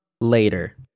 later